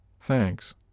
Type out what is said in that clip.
Thanks